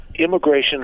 Immigration